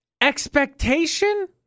expectation